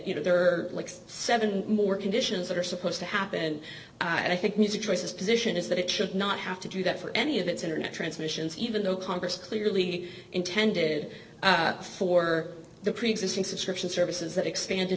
you know there are seven more conditions that are supposed to happen i think music choices position is that it should not have to do that for any of its internet transmissions even though congress clearly intended for the preexisting subscription services that expanded